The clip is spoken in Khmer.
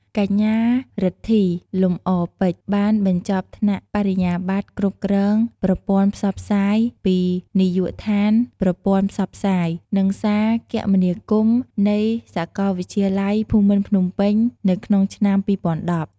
កញ្ញា រិទ្ធី លំអរពេជ្រ បានបញ្ចប់ថ្នាក់ បរិញ្ញាបត្រគ្រប់គ្រងប្រព័ន្ធផ្សព្វផ្សាយ ពីនាយកដ្ឋានប្រព័ន្ធផ្សព្វផ្សាយ និងសារគមនាគមន៍ នៃសាកលវិទ្យាល័យភូមិន្ទភ្នំពេញ នៅក្នុងឆ្នាំ ២០១០។